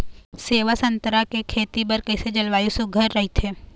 सेवा संतरा के खेती बर कइसे जलवायु सुघ्घर राईथे?